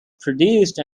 produced